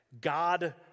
God